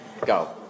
Go